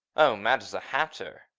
oh, mad as a hatter.